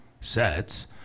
sets